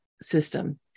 system